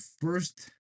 first